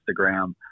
Instagram